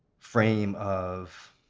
frame of,